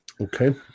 okay